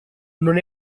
non